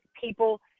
people